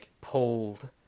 pulled